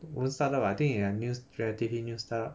own start-up what I think will have new strategy new style